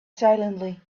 silently